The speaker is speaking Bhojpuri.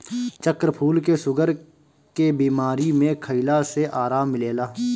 चक्रफूल के शुगर के बीमारी में खइला से आराम मिलेला